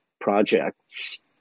projects